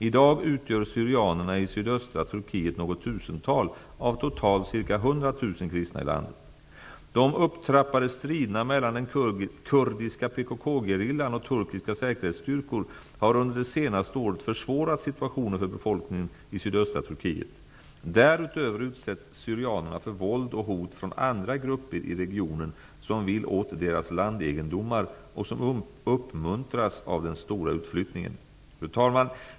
I dag utgör syrianerna i sydöstra Turkiet något tusental av totalt ca 100 000 kristna i landet. De upptrappade striderna mellan den kurdiska PKK-gerillan och turkiska säkerhetsstyrkor har under det senaste året försvårat situationen för befolkningen i sydöstra Turkiet. Därutöver utsätts syrianerna för våld och hot från andra grupper i regionen som vill åt deras landegendomar och som uppmuntras av den stora utflyttningen. Fru talman!